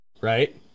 right